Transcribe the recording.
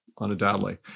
undoubtedly